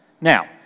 Now